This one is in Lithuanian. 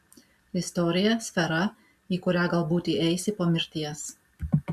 istorija sfera į kurią galbūt įeisi po mirties